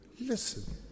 listen